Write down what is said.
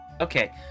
Okay